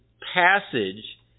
passage